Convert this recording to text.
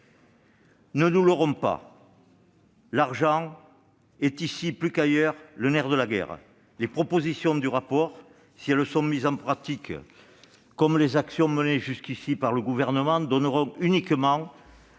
Ne nous leurrons pas. L'argent est, ici plus d'ailleurs, le nerf de la guerre. Les propositions qui figurent dans le rapport, si elles sont mises en pratique, comme les actions menées jusqu'ici par le Gouvernement, donneront des